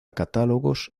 catálogos